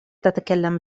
تتكلم